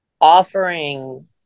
offering